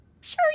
Sure